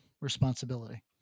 responsibility